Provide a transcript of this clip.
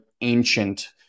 ancient